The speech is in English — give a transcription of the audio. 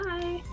Bye